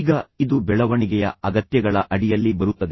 ಈಗ ಇದು ಬೆಳವಣಿಗೆಯ ಅಗತ್ಯಗಳ ಅಡಿಯಲ್ಲಿ ಬರುತ್ತದೆ